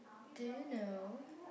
do you know